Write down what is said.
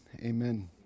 Amen